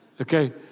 Okay